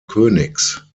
königs